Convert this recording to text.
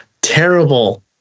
terrible